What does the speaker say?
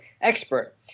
expert